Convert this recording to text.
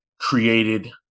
created